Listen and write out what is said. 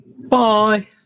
Bye